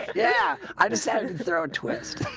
yeah, i decided their own twist